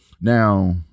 Now